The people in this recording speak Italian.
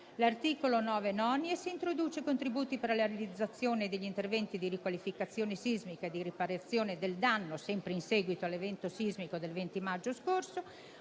L'articolo 9-*nonies* introduce contributi per la realizzazione degli interventi di riqualificazione sismica di riparazione del danno sempre in seguito all'evento sismico del 20 maggio scorso,